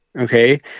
Okay